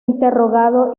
interrogado